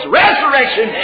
resurrection